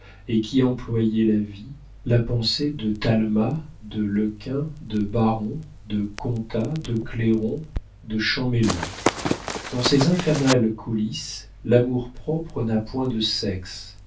et qui employaient la vie la pensée de talma de lekain de baron de contat de clairon de champmeslé dans ces infernales coulisses l'amour-propre n'a point de sexe